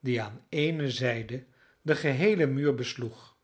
die aan ééne zijde den geheelen muur besloeg